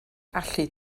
allu